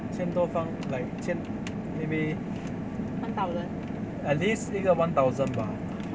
千多方 like 千 maybe at least 一个 one thousand bah